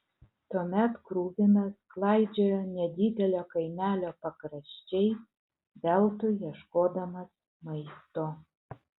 tuomet kruvinas klaidžiojo nedidelio kaimelio pakraščiais veltui ieškodamas maisto